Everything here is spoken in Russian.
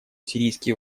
сирийские